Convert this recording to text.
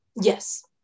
Yes